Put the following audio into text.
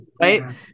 Right